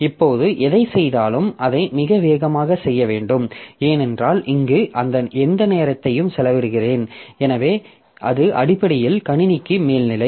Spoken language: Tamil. இப்போது எதைச் செய்தாலும் அதை மிக வேகமாகச் செய்ய வேண்டும் ஏனென்றால் இங்கு எந்த நேரத்தையும் செலவிடுகிறேன் எனவே அது அடிப்படையில் கணினிக்கு மேல்நிலை